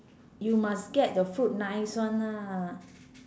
you must get the fruit nice one lah